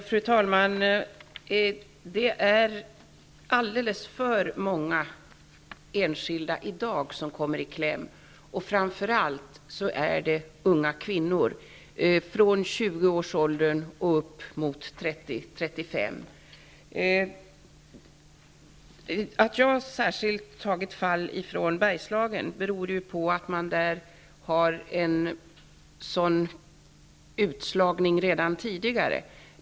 Fru talman! Det är alldeles för många enskilda som kommer i kläm i dag. Framför allt är det unga kvinnor, från 20-årsåldern upp till 30--35-årsåldern. Jag har särskilt tagit upp fall från Bergslagen. Det beror på att vi där har en sådan utslagning sedan tidigare.